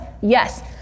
Yes